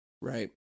Right